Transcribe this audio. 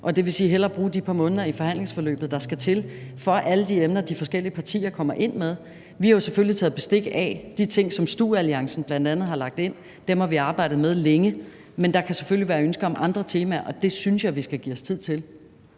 og det vil sige, at vi hellere må bruge de par måneder i forhandlingsforløbet, der skal til for at nå rundt om alle de emner, de forskellige partier kommer ind med. Vi har selvfølgelig taget bestik af de ting, som stu-alliancen bl.a. har lagt ind, og dem har vi arbejdet med længe, men der kan selvfølgelig være ønsker om andre temaer, og det synes jeg vi skal give os tid til.